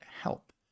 help